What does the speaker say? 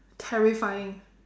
terrifying